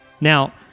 Now